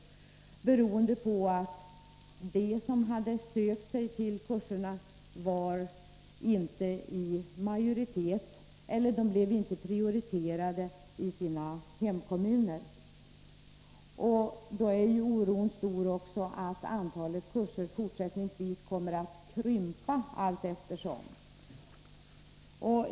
Orsaken härtill var att de som hade sökt sig till kurserna inte var i majoritet eller inte blev prioriterade i sina hemkommuner. Av denna anledning kan man känna oro för att antalet kurser i fortsättningen kommer att minska.